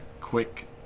quick